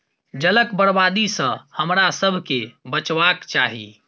जलक बर्बादी सॅ हमरासभ के बचबाक चाही